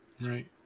Right